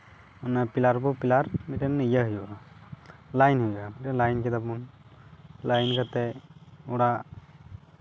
ᱚᱱᱟ ᱯᱤᱞᱟᱨ ᱯᱚᱨ ᱯᱤᱞᱟᱨ ᱢᱤᱫᱴᱮᱱ ᱤᱭᱟᱹᱭ ᱦᱩᱭᱩᱜᱼᱟ ᱞᱟᱭᱤᱱ ᱦᱩᱭᱩᱜᱼᱟ ᱢᱤᱫᱴᱮᱱ ᱞᱟᱭᱤᱱ ᱠᱮᱫᱟ ᱵᱚᱱ ᱞᱟᱭᱤᱱ ᱠᱟᱛᱮ ᱚᱲᱟᱜ